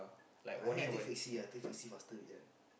ah then I take taxi ah take taxi faster